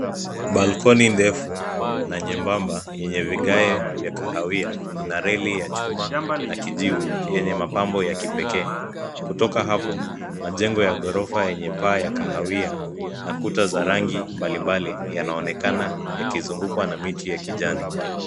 cs[Balcony]cs ndefu na nyebamba yenye vigae vya kahawia ina reli ya chuma na kijivu yenye mapambo ya kipekee. Kutoka hapo, majengo ya ghorofa yenye paa ya kahawia na kuta za rangi mbalimbali yanaonekana yakizungukwa na miti ya kijani.